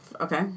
Okay